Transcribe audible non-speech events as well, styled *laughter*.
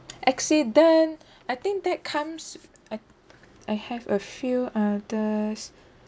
accident *breath* I think that comes I I have a few others